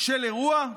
של אירוע,